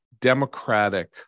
democratic